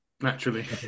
naturally